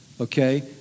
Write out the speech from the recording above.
okay